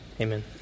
Amen